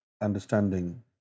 understanding